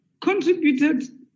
contributed